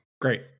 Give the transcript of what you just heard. Great